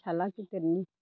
फिसाज्ला गेदेरनि